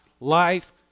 Life